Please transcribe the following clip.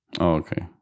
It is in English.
Okay